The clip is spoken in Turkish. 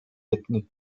etnik